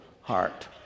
heart